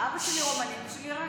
אבא שלי רומני ואימא שלי עיראקית.